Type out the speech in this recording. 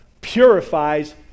purifies